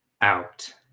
out